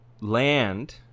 land